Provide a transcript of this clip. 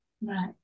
Right